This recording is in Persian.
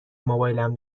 موبایلم